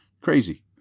Crazy